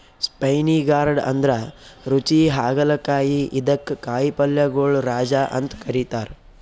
spiny gourd ಅಂದ್ರ ರುಚಿ ಹಾಗಲಕಾಯಿ ಇದಕ್ಕ್ ಕಾಯಿಪಲ್ಯಗೊಳ್ ರಾಜ ಅಂತ್ ಕರಿತಾರ್